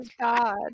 god